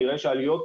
נראה שהעלויות